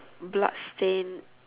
bloodstained